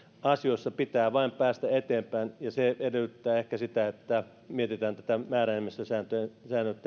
asioissa pitää vain päästä eteenpäin ja se edellyttää ehkä sitä että mietitään määräenemmistösääntöjen